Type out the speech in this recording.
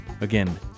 Again